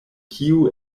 kiu